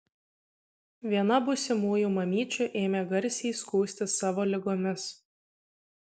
viena būsimųjų mamyčių ėmė garsiai skųstis savo ligomis